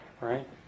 Right